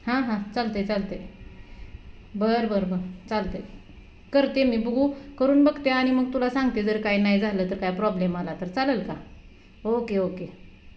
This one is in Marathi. हां हां चालतं आहे चालतं आहे बर बर बर चालतं आहे करते मी बघू करून बघते आणि मग तुला सांगते जर काय नाही झालं तर काय प्रॉब्लेम आला तर चालंल का ओके ओके